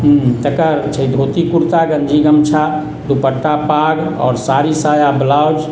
तकर छै धोती कुर्ता गञ्जी गमछा दुपट्टा पाग आओर साड़ी साया ब्लाउज